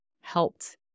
helped